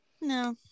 no